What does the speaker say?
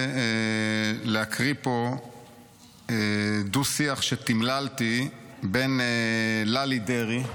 להקריא פה דו-שיח שתמללתי בין ללי דרעי,